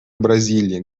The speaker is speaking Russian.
бразилии